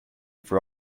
for